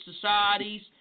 societies